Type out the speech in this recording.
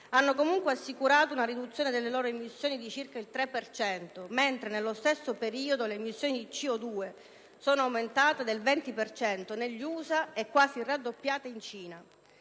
hanno comunque assicurato una riduzione delle loro emissioni di circa il 3 per cento, mentre nello stesso periodo le emissioni di CO2 sono aumentate del 20 per cento negli USA e quasi raddoppiate in Cina.